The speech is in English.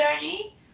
journey